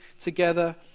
together